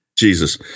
Jesus